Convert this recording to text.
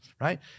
right